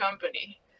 company